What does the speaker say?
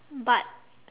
but